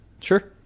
Sure